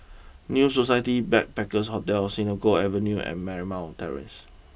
new Society Backpackers' Hotel Senoko Avenue and Marymount Terrace